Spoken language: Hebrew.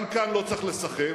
גם כאן לא צריך להיסחף,